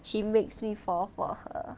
she makes me fall for her